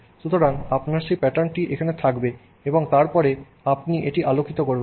সুতরাং আপনার সেই প্যাটার্নটি এখানে থাকবে এবং তারপরে আপনি এটি আলোকিত করবেন